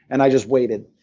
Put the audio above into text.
and i just waited.